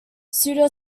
pseudo